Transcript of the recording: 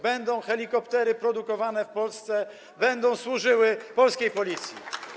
Będą to helikoptery produkowane w Polsce, będą służyły polskiej Policji.